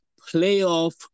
playoff